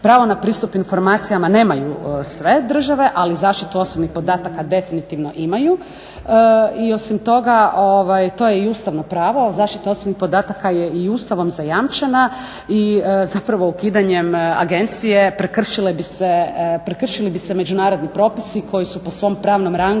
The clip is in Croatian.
Pravo na pristup informacijama nemaju sve države, ali zaštitu osobnih podataka definitivno imaju. I osim toga, to je i ustavno pravo, zaštita osobnih podataka je i Ustavom zajamčena i zapravo ukidanjem agencije prekršili bi se međunarodni propisi koji su po svom pravnom rangu